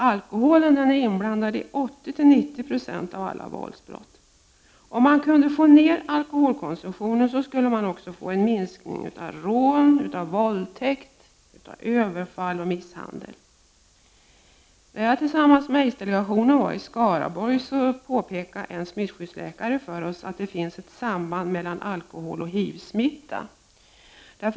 Vid mellan 80 och 90 26 av alla våldsbrott förekommer alkoholpåverkan. Om man kunde få ner alkoholkonsumtionen, skulle man få minskning av rån, våldtäkter, överfall och misshandel. När jag tillsammans med AIDS-delegationen besökte Skaraborg, påpekade en smittskyddsläkare för oss att det finns ett samband mellan alkohol och HIV-smitta.